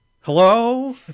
Hello